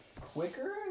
quicker